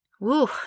Woo